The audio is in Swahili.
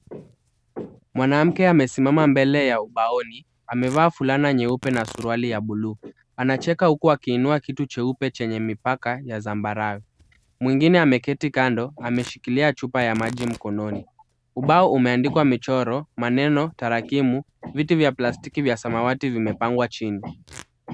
Mwanamke amesimama mbele ya ubaoni, amevaa fulana nyeupe na suruali ya bluu, anacheka huku akiinua kitu cheupe chenye mipaka ya zambarau, mwingine ameketi kando ameshikilia chupa ya maji mkononi , ubao umeandikwa michoro ,maneno, tarakimu , viti vya plastiki vya samawati vimepangwa chini .